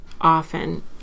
often